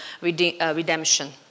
redemption